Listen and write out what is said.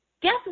guess